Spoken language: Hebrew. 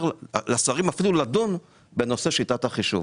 אפילו לדון בנושא שיטת החישוב.